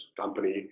company